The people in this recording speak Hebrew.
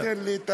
רק תן לי,